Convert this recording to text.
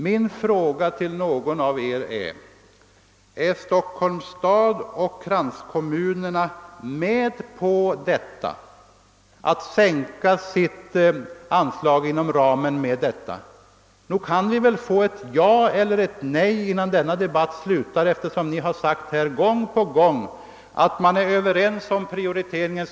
Min fråga till någon av er lyder: Går Stockholms stad och kranskommunerna med på att sänka sina anslag med dessa belopp? Nog kan vi väl få ett ja eller nej innan denna debatt slutar, eftersom ni gång på gång framhållit att man är överens om Pprioriteringen.